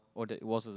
all that was a